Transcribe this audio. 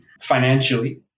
financially